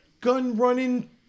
gun-running